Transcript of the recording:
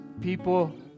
people